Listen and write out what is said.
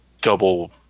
double